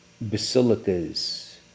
basilicas